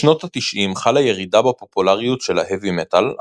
בשנות התשעים חלה ירידה בפופולריות ההאבי-מטאל,